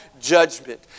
judgment